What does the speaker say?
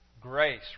grace